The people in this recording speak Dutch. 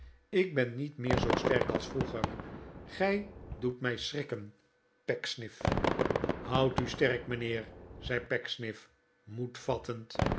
ik ben niet meer zoo sterk als vroeger gij doet mij schrikken pecksniff houd u sterk mijnheer zei pecksniff moed vattend